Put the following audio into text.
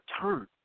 turn